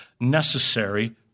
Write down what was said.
necessary